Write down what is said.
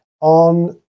On